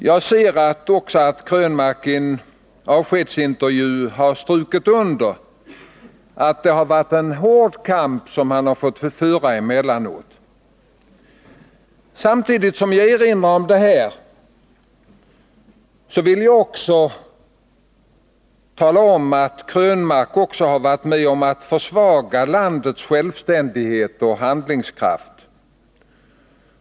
Jag ser att Eric Krönmark i en avskedsintervju har strukit under att han emellanåt fått föra en hård kamp. Samtidigt som jag erinrar om detta vill jag tala om att Eric Krönmark också varit med om att försvaga landets självständighet och handlingskraft.